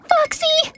Foxy